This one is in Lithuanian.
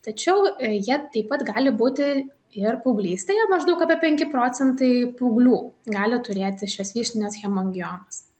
tačiau jie taip pat gali būti ir paauglystėje maždaug apie penki procentai paauglių gali turėti šias vyšnines hemangiomas